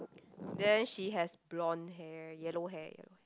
then she has blonde hair yellow hair